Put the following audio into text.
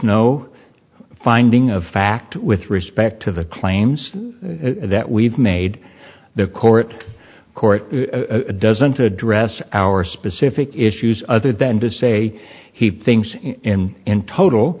no finding of fact with respect to the claims that we've made the court court doesn't address our specific issues other than to say he thinks in total